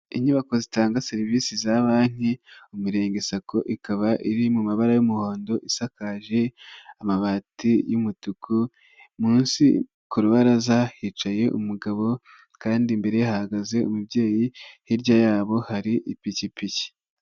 Inyubako zitanga serivisi za banki mu mirenge sako, ikaba iri mu mabara y'umuhondo isakaje amabati y'umutuku, munsi ku rubaraza hicaye umugabo kandi imbere hahagaze umubyeyi, hirya yabo hari ipikipiki.